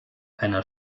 einer